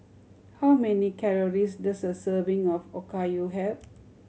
how many calories does a serving of Okayu have